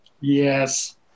Yes